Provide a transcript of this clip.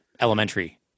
elementary